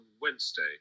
Wednesday